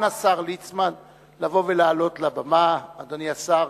אדוני השר,